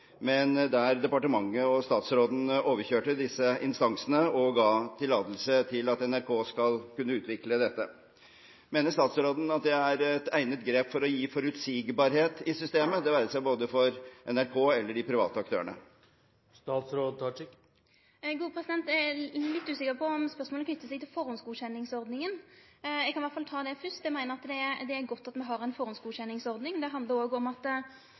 men hvor departementet og statsråden overkjørte disse instansene og ga tillatelse til at NRK kunne utvikle dette. Mener statsråden at det er et egnet grep for å gi forutsigbarhet i systemet, det være seg for både NRK og de private aktørene? Eg er litt usikker på om spørsmålet knyter seg til førehandsgodkjenningsordninga. Eg kan i alle fall ta det fyrst: Eg meiner at det er godt at me har ei førehandsgodkjenningsordning. Det handlar òg om at